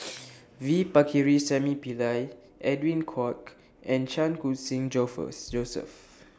V Pakirisamy Pillai Edwin Koek and Chan Khun Sing Joseph